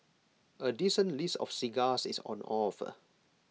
A decent list of cigars is on offer